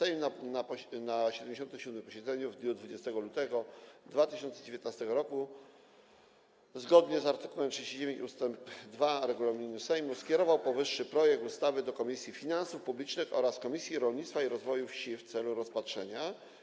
Sejm na 77. posiedzeniu w dniu 20 lutego 2019 r. zgodnie z art. 39 ust. 2 regulaminu Sejmu skierował powyższy projekt ustawy do Komisji Finansów Publicznych oraz Komisji Rolnictwa i Rozwoju Wsi w celu rozpatrzenia.